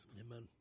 Amen